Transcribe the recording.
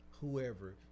whoever